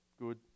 good